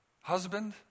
husband